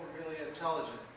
yeah intelligent?